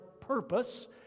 purpose